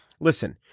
Listen